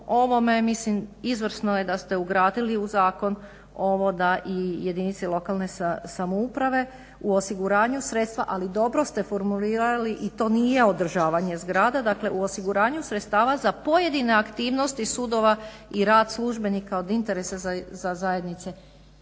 ovome mislim izvrsno je da ste ugradili u zakon ovo da i jedinice lokalne samouprave u osiguranju sredstva ali dobro ste formulirali i to nije održavanje zgrada, dakle u osiguravanju sredstava za pojedine aktivnosti sudova i rad službenika od interesa za zajednice.